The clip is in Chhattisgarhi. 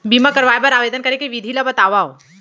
बीमा करवाय बर आवेदन करे के विधि ल बतावव?